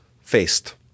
faced